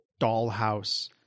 dollhouse